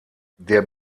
der